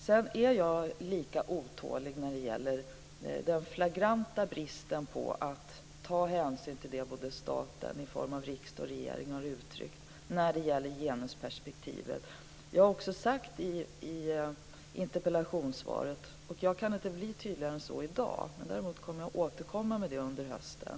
Sedan är jag också otålig i fråga om den flagranta bristen när det gäller att ta hänsyn till det som staten i form av riksdag och regering har uttryck rörande genusperspektivet. Jag har också talat om detta i interpellationssvaret, och jag kan inte bli tydligare än så i dag. Däremot kommer jag att återkomma med det här under hösten.